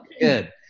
Good